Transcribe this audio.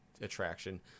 attraction